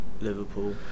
Liverpool